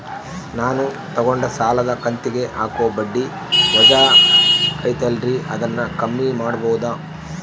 ನಾನು ತಗೊಂಡ ಸಾಲದ ಕಂತಿಗೆ ಹಾಕೋ ಬಡ್ಡಿ ವಜಾ ಐತಲ್ರಿ ಅದನ್ನ ಕಮ್ಮಿ ಮಾಡಕೋಬಹುದಾ?